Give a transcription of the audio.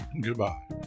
Goodbye